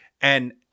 And-